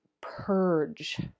purge